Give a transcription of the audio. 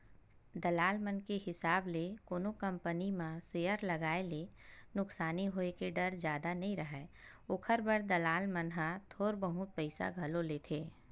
दलाल मन के हिसाब ले कोनो कंपनी म सेयर लगाए ले नुकसानी होय के डर जादा नइ राहय, ओखर बर दलाल मन ह थोर बहुत पइसा घलो लेथें